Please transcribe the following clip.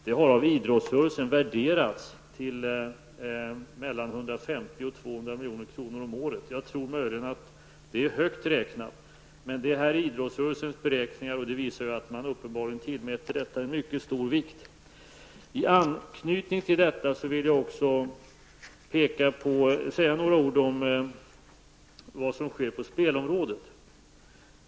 Detta har av idrottsrörelsen värderats till mellan 150 milj.kr. och 200 milj.kr. om året. Jag tror att det möjligen är högt räknat, men det är idrottsrörelsens beräkningar, och det visar att man uppenbarligen tillmäter detta en mycket stor vikt. I anknytning till detta vill jag också säga några ord om vad som sker på spelområdet.